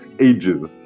ages